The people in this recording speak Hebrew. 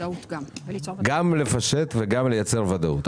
גם לפשט ולייצר ודאות.